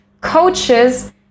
coaches